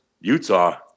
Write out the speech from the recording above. Utah